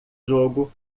jogo